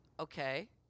Okay